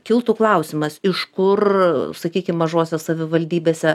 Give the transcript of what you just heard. kiltų klausimas iš kur sakykim mažose savivaldybėse